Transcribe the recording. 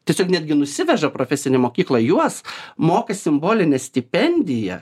tiesiog netgi nusiveža profesinė mokykla juos moka simbolinę stipendiją